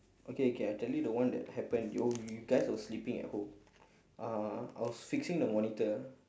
okay okay I tell you the one that happened oh you you you guys were sleeping at home uh I was fixing the monitor